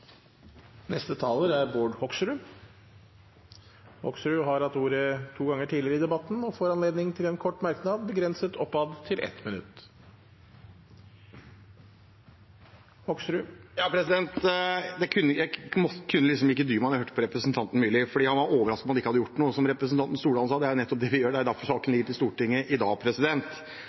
Bård Hoksrud har hatt ordet to ganger tidligere i debatten og får ordet til en kort merknad, begrenset til 1 minutt. Jeg kunne ikke dy meg da jeg hørte representanten Myrli, for han var overrasket over at man ikke hadde gjort noe. Som representanten Stordalen sa, er det nettopp det vi gjorde – det er derfor saken ligger i Stortinget i dag.